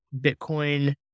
Bitcoin